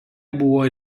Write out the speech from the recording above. buvo